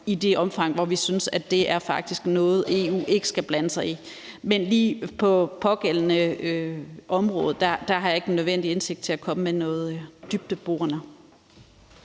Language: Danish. i de tilfælde, hvor vi synes det faktisk ikke er noget, EU skal blande sig i. Men lige på det pågældende område har jeg ikke den nødvendige indsigt til at komme med noget dybdeborende.